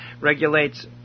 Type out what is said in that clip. regulates